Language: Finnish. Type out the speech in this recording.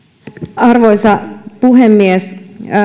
arvoisa puhemies